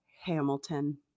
Hamilton